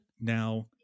Now